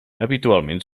habitualment